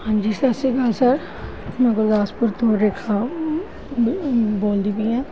ਹਾਂਜੀ ਸਤਿ ਸ਼੍ਰੀ ਅਕਾਲ ਸਰ ਮੈਂ ਗੁਰਦਾਸਪੁਰ ਤੋਂ ਰੇਖਾ ਬੋਲਦੀ ਪਈ ਹਾਂ